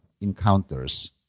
encounters